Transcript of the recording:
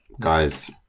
guys